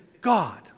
God